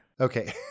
Okay